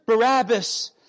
Barabbas